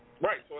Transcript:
Right